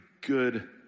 good